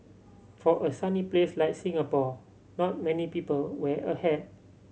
for a sunny place like Singapore not many people wear a hat